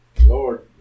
Lord